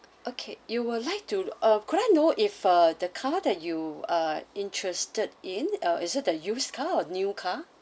okay you would like to uh could I know if uh the car that you are interested in or is it the used car or new car